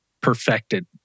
perfected